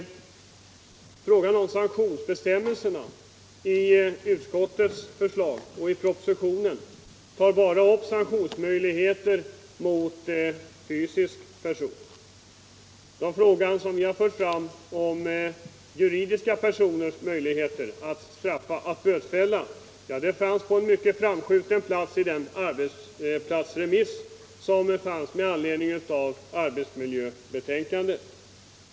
När det gäller sanktionsbestämmelserna i utskottets förslag och i propositionen tas bara upp sanktionsmöjligheter mot fysisk person. Den fråga som vi har fört fram — om möjligheter att bötfälla juridiska personer — hade en mycket framskjuten ställning i den arbetsplatsremiss som förekom med anledning av arbetsmiljöbetänkandet.